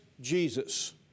Jesus